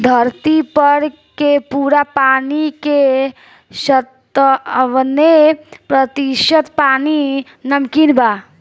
धरती पर के पूरा पानी के सत्तानबे प्रतिशत पानी नमकीन बा